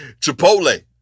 Chipotle